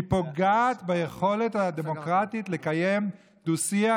היא פוגעת ביכולת הדמוקרטית לקיים דו-שיח,